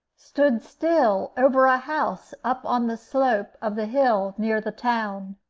stood still over a house up on the slope of the hill near the town.